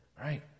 right